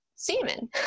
Semen